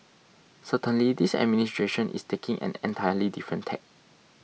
certainly this administration is taking an entirely different tack